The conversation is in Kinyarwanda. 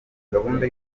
gahunda